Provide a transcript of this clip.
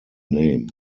name